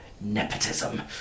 Nepotism